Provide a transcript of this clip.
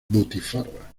butifarra